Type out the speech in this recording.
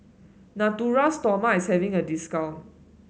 Natura Stoma is having a discount